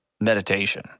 meditation